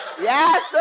Yes